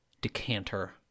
decanter